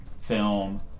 film